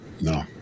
No